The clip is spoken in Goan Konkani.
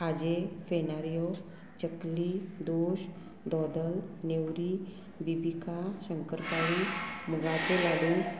खाजे फेनारियो चकली दोश दोदल नेवरी बीबिका शंकरपारी मुगाचे घालून